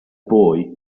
boy